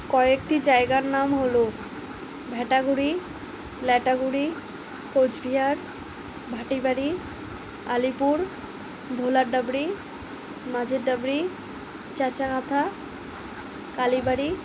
কয়েকটি জায়গার নাম হলো ভেটাগুড়ি লেটাগুড়ি কোচবিহার ভাটিবাড়ি আলিপুর ভোলার ডাবরি মাঝের ডাবরি চাঁচাকাঁথা কালীবাড়ি